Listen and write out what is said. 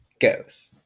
goes